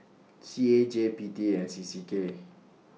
C A G P T and C C K